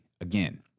again